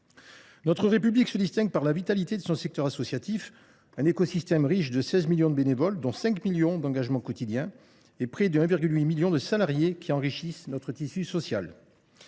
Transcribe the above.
Notre République se distingue par la vitalité de son secteur associatif, un écosystème riche de seize millions de bénévoles, dont cinq millions d’engagés quotidiens, et près de 1,8 million de salariés qui enrichissent notre tissu social.